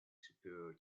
superior